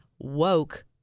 woke